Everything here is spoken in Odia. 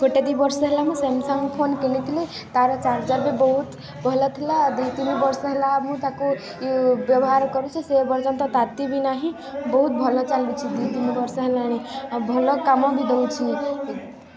ଗୋଟେ ଦୁଇ ବର୍ଷ ହେଲା ମୁଁ ସାମସଙ୍ଗ୍ ଫୋନ୍ କିଣିଥିଲି ତାର ଚାର୍ଜର୍ ବି ବହୁତ ଭଲ ଥିଲା ଦି ତିନି ବର୍ଷ ହେଲା ମୁଁ ତାକୁ ବ୍ୟବହାର କରୁଛିି ସେ ବର୍ଷ ତ ତାତି ବି ନାହିଁ ବହୁତ ଭଲ ଚାଲୁଛି ଦୁଇ ତିନି ବର୍ଷ ହେଲାଣି ଆଉ ଭଲ କାମ ବି ଦେଉଛି